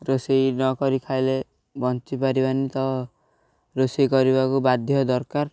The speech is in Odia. ରୋଷେଇ ନକରି ଖାଇଲେ ବଞ୍ଚିପାରିବାନି ତ ରୋଷେଇ କରିବାକୁ ବାଧ୍ୟ ଦରକାର